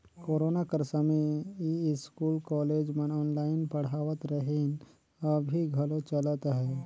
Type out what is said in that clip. corona कर समें school, college मन ऑनलाईन पढ़ावत रहिन, अभीं घलो चलत अहे